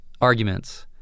arguments